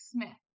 Smith